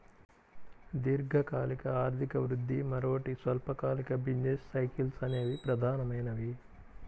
దీర్ఘకాలిక ఆర్థిక వృద్ధి, మరోటి స్వల్పకాలిక బిజినెస్ సైకిల్స్ అనేవి ప్రధానమైనవి